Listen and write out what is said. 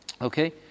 Okay